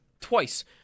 twice